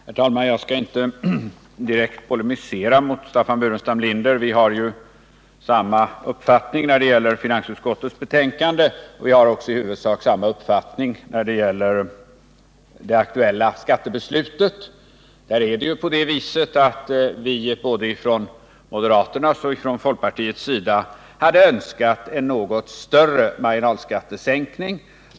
Herr talman! Jag skall inte direkt polemisera mot Staffan Burenstam Linder. Vi har ju samma uppfattning när det gäller finansutskottets betänkande, och vi har också i huvudsak samma uppfattning när det gäller det aktuella skattebeslutet. Där hade vi från både moderaternas och folkpartiets sida önskat en något större marginalskattesänkning.